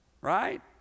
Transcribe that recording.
Right